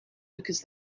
because